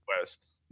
West